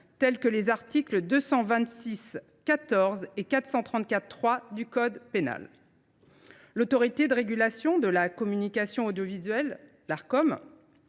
aux articles 226 14 et 434 3 du code pénal. L’Autorité de régulation de la communication audiovisuelle et